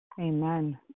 Amen